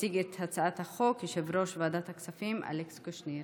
יציג את הצעת החוק יושב-ראש ועדת הכספים אלכס קושניר.